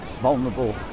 vulnerable